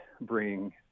bring